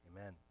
Amen